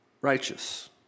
righteous